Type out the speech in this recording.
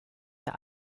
der